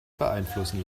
beeinflussen